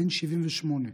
בן 78,